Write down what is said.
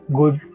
good